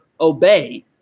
obey